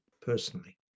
personally